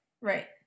right